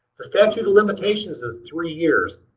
the statute of limitations is three years.